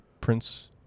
Prince